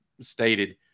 stated